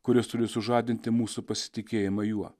kuris turi sužadinti mūsų pasitikėjimą juo